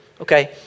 Okay